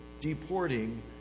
deporting